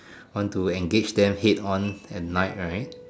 want to engage them head on at night right